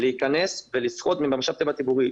להיכנס ולשחות במשאב טבע ציבורי.